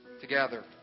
together